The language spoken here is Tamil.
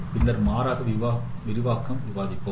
பின்னர் மாறாக விரிவாக்கம் விவாதித்தோம்